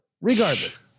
regardless